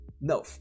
No